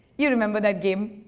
you remember that game?